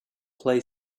play